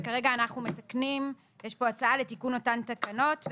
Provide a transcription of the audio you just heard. וכרגע יש פה הצעה לתיקון אותן תקנות.